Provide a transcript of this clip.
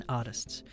artists